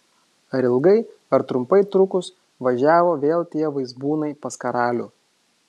ar ilgai ar trumpai trukus važiavo vėl tie vaizbūnai pas karalių